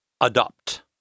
Adopt